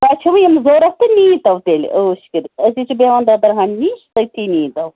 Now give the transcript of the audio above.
تۄہہِ چھِو یِم ضروٗرت تہٕ نِیٖتو تیٚلہِ عٲش کٔرِتھ أسۍ ہے چھِ بیٚہوان دۄدر ہامہِ نِش تٔتھی نِیٖتو